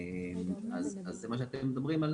אז זה מה שאתם מדברים.